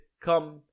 come